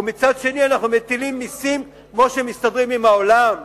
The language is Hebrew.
ומצד שני אנחנו מטילים מסים שמסתדרים עם העולם?